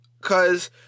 cause